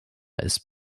ist